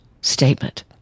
statement